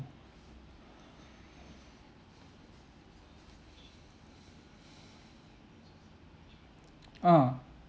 ah